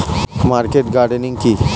Market gardening কি?